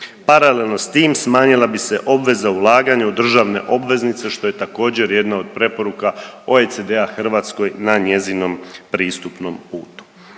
Paralelno s tim smanjila bi se obveza ulaganja u državne obveznice što je također jedna od preporuka OECD-a Hrvatskoj na njezinom pristupnom putu.